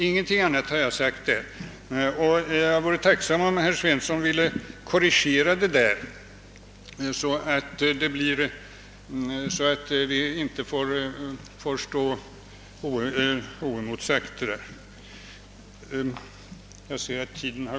Ingenting annat har jag sagt, och jag vore tacksam om herr Svensson ville korrigera detta, så att denna missuppfattning inte får stå kvar.